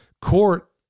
court